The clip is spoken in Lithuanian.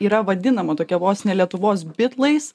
yra vadinama tokia vos ne lietuvos bitlais